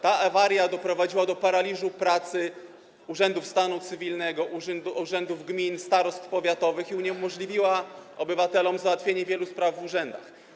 Ta awaria doprowadziła do paraliżu pracy urzędów stanu cywilnego, urzędów gmin i starostw powiatowych i uniemożliwiła obywatelom załatwienie wielu spraw w urzędach.